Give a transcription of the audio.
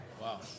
Wow